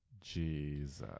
Jesus